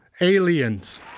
Aliens